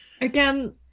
Again